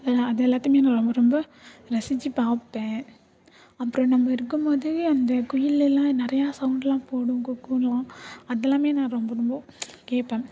அதெல்லாம் அது எல்லாத்தையுமே நான் ரொம்ப ரொம்ப ரசிச்சு பார்ப்பேன் அப்புறோம் நம்ம இருக்கும் போது அந்த குயிலெல்லாம் நிறையா சவுண்ட்டெலாம் போடும் குக்கூலாம் அதெல்லாமே நான் ரொம்ப ரொம்ப கேட்பேன்